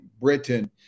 Britain